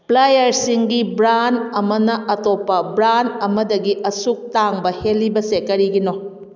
ꯄ꯭ꯂꯥꯏꯌꯔꯁꯤꯡꯒꯤ brand ꯑꯃꯅ ꯑꯇꯣꯞꯄ brand ꯑꯃꯗꯒꯤ ꯑꯁꯨꯛ ꯇꯥꯡꯕ ꯍꯦꯜꯂꯤꯕꯁꯦ ꯀꯔꯤꯒꯤꯅꯣ